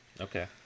Okay